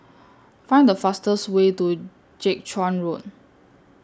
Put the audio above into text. Find The fastest Way to Jiak Chuan Road